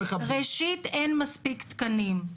ראשית, אין מספיק תקנים.